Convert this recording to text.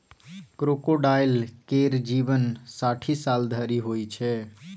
crocodile केर जीबन साठि साल धरि होइ छै